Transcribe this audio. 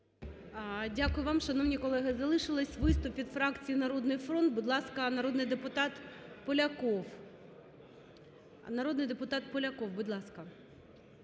Дякую вам. Шановні колеги, залишився виступ від фракції "Народний фронт". Будь ласка, народний депутат Поляков. Народний депутат Поляков, будь ласка.